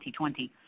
2020